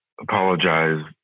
apologize